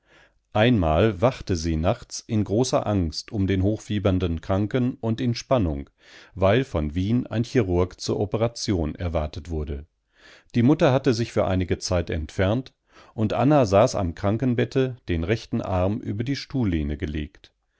einmal wachte sie nachts in großer angst um den hochfiebernden kranken und in spannung weil von wien ein chirurg zur operation erwartet wurde die mutter hatte sich für einige zeit entfernt und anna saß am krankenbette den rechten arm über die stuhllehne gelegt